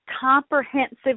comprehensive